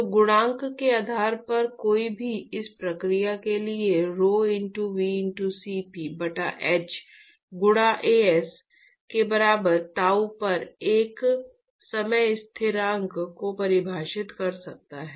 तो गुणांक के आधार पर कोई भी इस प्रक्रिया के लिए rhoVCp बटा h गुणा As के बराबर ताऊ पर एक समय स्थिरांक को परिभाषित कर सकता है